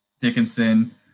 Dickinson